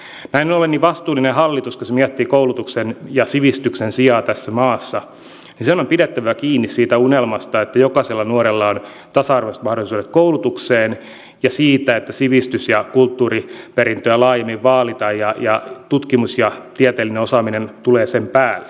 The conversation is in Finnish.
näin ollen vastuullisen hallituksen on kun se miettii koulutuksen ja sivistyksen sijaa tässä maassa pidettävä kiinni siitä unelmasta että jokaisella nuorella on tasa arvoiset mahdollisuudet koulutukseen ja siitä että sivistys ja kulttuuriperintöä laajemmin vaalitaan ja tutkimus ja tieteellinen osaaminen tulevat sen päälle